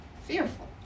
fearful